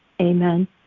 Amen